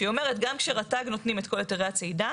שהיא אומרת שגם כשרת"ג נותנים את כל היתרי הצידה,